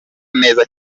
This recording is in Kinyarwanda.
neza